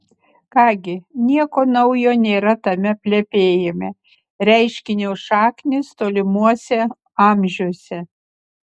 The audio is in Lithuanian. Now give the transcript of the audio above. ką gi nieko naujo nėra tame plepėjime reiškinio šaknys tolimuose amžiuose